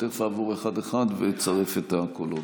אני תכף אעבור אחד-אחד ואצרף את הקולות.